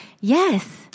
Yes